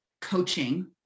coaching